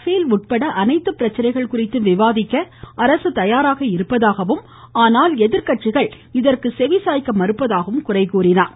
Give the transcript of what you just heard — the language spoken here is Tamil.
பேல் உட்பட அனைத்து பிரச்சனை குறித்தும் விவாதிக்க அரசு தயாராக இருப்பதாகவும் ஆனால் எதிர்க்கட்சிகள் இதற்கு செவிசாய்க்க மறுப்பதாகவும் குறை கூறினார்